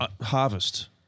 Harvest